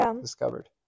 discovered